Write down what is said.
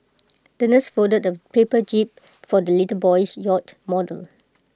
the nurse folded A paper jib for the little boy's yacht model